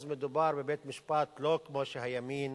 אז מדובר בבית-משפט לא כמו שהימין